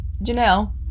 Janelle